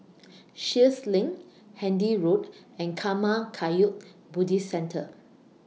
Sheares LINK Handy Road and Karma Kagyud Buddhist Centre